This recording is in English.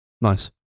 Nice